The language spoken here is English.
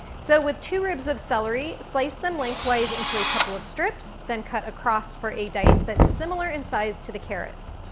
so with two ribs of celery, slice them lengthwise into a couple of strips, then cut across for a dice that's similar in size to the carrots.